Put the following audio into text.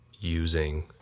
using